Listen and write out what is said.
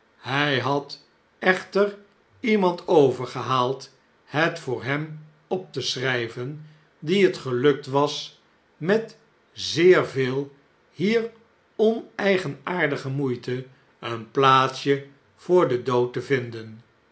e had echter iemand overgehaald het voor hem op te schrgven dien het gelukt was met zeer veel hier oneigenaardige moeite een plaatsje voor den dood te vinden